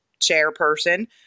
chairperson